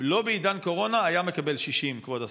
לא בעידן קורונה הוא היה מקבל 60, כבוד השר.